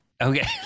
Okay